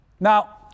Now